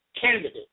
candidate